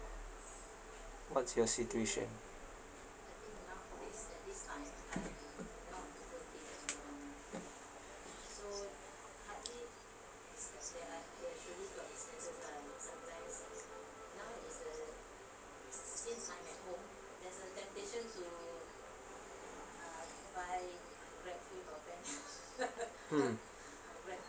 what's your situation hmm